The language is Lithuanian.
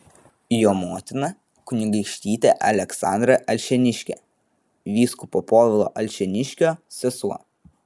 jo motina kunigaikštytė aleksandra alšėniškė vyskupo povilo alšėniškio sesuo